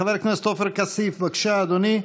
חבר הכנסת עופר כסיף, בבקשה, אדוני.